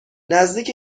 نزدیک